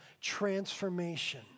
transformation